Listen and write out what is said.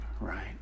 right